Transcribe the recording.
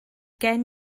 gen